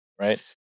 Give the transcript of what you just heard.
right